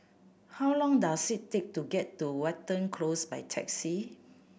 how long does it take to get to Watten Close by taxi